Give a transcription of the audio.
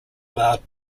allowed